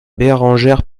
bérengère